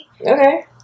Okay